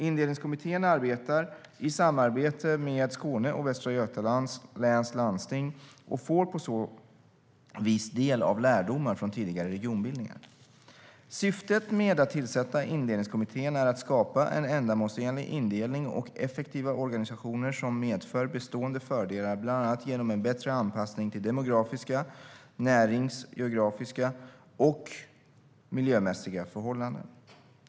Indelningskommittén arbetar i samarbete med Skåne och Västra Götalands läns landsting och får på så vis del av lärdomar från tidigare regionbildningar. Syftet med att tillsätta Indelningskommittén är att skapa en ändamålsenlig indelning och effektiva organisationer som medför bestående fördelar, bland annat genom en bättre anpassning till demografiska, näringsgeografiska och miljömässiga förhållanden.